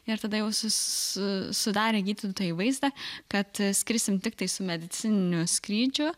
ir tada jau su sudarė gydytojai vaizdą kad skrisim tiktai su medicininiu skrydžiu